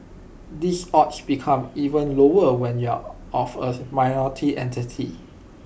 these odds become even lower when you are of A minority ethnicity